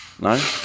No